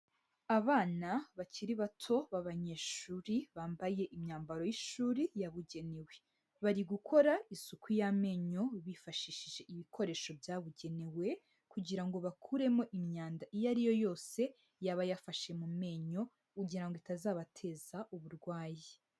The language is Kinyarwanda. Abana bakiri bato b'abanyeshuri bambaye imyambaro y'ishuri yabugenewe, bari gukora isuku y'amenyo bifashishije ibikoresho byabugenewe, kugira ngo bakuremo imyanda iyo ari yose yaba yafashe mu menyo, kugira ngo itazabateza uburwayi.